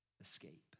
escape